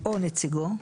או נציגו.